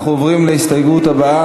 אנחנו עוברים להסתייגות הבאה,